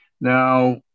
Now